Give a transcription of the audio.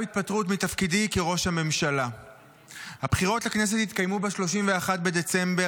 התפטרות מתפקידי כראש הממשלה --- הבחירות לכנסת התקיימו ב-31 בדצמבר,